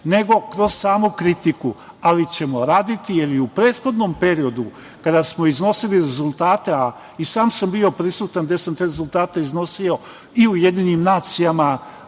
nego kroz samu kritiku, ali ćemo raditi. U prethodnom periodu kada smo iznosili rezultate, a i sam sam bio prisutan, jer sam te rezultate iznosi u UN zajedno